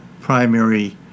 primary